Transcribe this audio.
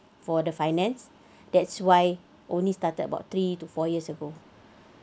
for the finance that's why only started about three to four years ago